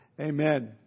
Amen